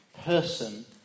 person